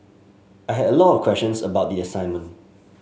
I had a lot of questions about the assignment